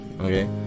Okay